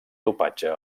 dopatge